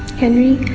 henry,